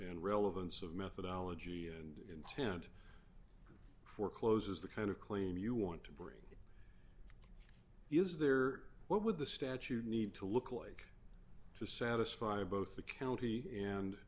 n relevance of methodology and intent forecloses the kind of claim you want to bring is there what would the statute need to look like to satisfy both the county